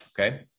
Okay